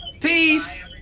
Peace